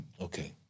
Okay